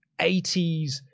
80s